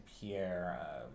Pierre